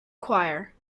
choir